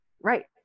right